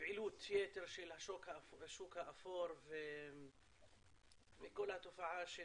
פעילות יתר של השוק האפור וכל התופעה של